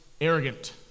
arrogant